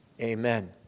Amen